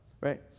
right